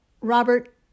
Robert